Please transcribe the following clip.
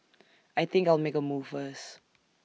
I think I'll make A move first